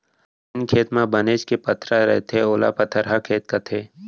जेन खेत म बनेच के पथरा रथे ओला पथरहा खेत कथें